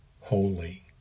holy